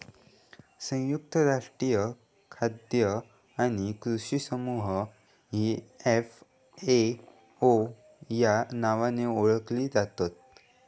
संयुक्त राष्ट्रीय खाद्य आणि कृषी समूह ही एफ.ए.ओ या नावाने ओळखली जातत